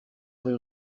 rue